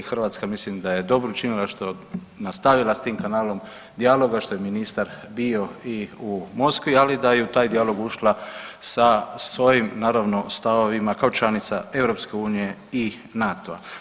Hrvatska mislim da je dobro učinila što je nastavila s tim kanalom dijaloga, što je ministar bio i u Moskvi, ali da je u taj dijalog ušla sa svojim naravno stavovima kao članica EU i NATO-a.